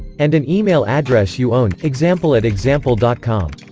and an email address you own example at example dot com